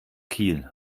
kiel